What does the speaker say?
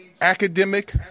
academic –